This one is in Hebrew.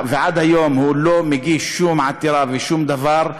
ועד היום הוא לא מגיש שום עתירה ושום דבר,